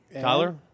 Tyler